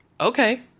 okay